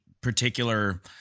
particular